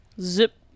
Zip